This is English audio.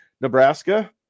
Nebraska